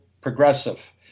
progressive